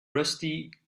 rusty